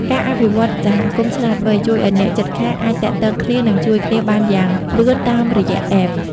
ការអភិវឌ្ឍ "សហគមន៍ឆ្លាតវៃ" ជួយឱ្យអ្នកជិតខាងអាចទាក់ទងគ្នា និងជួយគ្នាបានយ៉ាងលឿនតាមរយៈ App ។